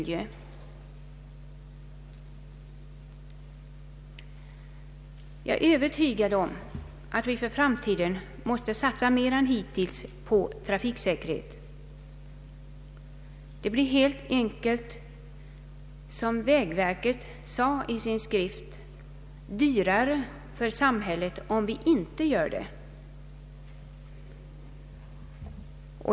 Jag är övertygad om att vi för framtiden måste satsa mer än hittills på trafiksäkerhet. Det blir helt enkelt, som vägverket säger, dyrare för samhället om vi inte gör det.